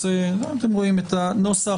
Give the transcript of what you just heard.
אתם רואים את הנוסח.